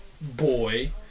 boy